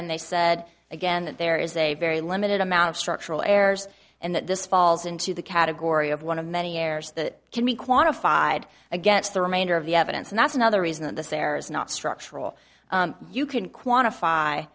and they said again that there is a very limited amount of structural errors and that this falls into the category of one of many errors that can be quantified against the remainder of the evidence and that's another reason that this error is not structural you can quantify